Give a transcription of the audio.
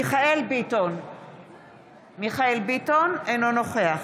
מיכאל מרדכי ביטון, אינו נוכח